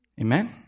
Amen